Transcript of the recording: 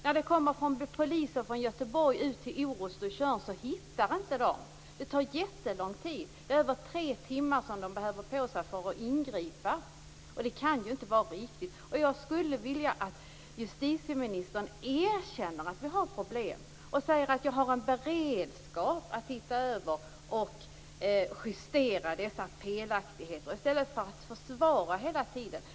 När det kommer poliser från Göteborg ut till Orust och Tjörn hittar de inte. Det tar jättelång tid. Över tre timmar behöver de på sig för att ingripa. Det kan ju inte vara riktigt. Jag skulle vilja att justitieministern erkänner att vi har problem och säger att hon har beredskap för att se över och justera dessa felaktigheter i stället för att hela tiden försvara dem.